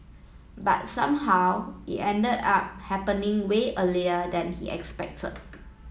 but somehow it ended up happening way earlier than he expected